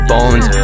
Bones